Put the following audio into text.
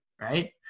right